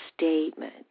statement